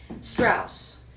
Strauss